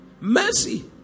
mercy